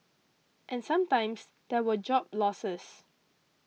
and sometimes there were job losses